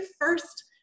first